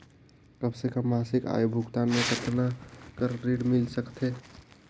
कम से कम मासिक भुगतान मे कतना कर ऋण मिल सकथे?